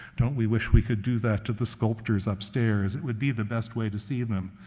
don't we wish we could do that to the sculptures upstairs? it would be the best way to see them.